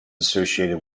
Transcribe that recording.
associated